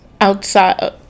outside